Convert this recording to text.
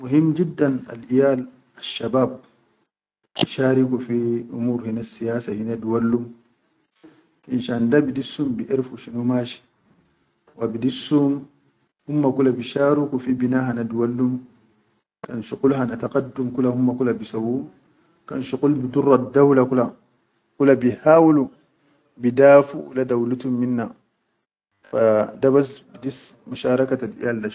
Muhim jidan al iyal asshabab shari gu fi umur himnessiyasa duwallum finshan da bidissum biʼerfu shunu mashi wa bidissum humma kula bi shariqu bina hana duwallum kan shuqul hana tukaddum kula humma bisawwu kan shuqul bidura daula kula kula bi ha wulu bidafuʼu le dawlutum minna dabas bi dis misharaqatal iyal.